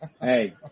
Hey